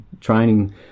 training